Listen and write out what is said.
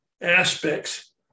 aspects